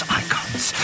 icons